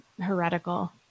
heretical